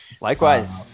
Likewise